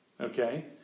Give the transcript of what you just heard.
okay